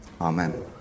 Amen